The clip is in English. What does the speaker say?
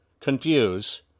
confuse